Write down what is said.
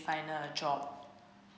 find her a job